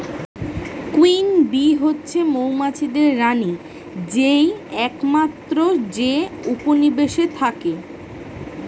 queen bee হচ্ছে মৌমাছিদের রানী যেই একমাত্র যে উপনিবেশে থাকে